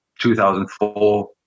2004